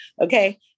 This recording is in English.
Okay